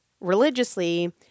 religiously